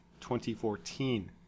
2014